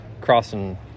crossing